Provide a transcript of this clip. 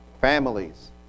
families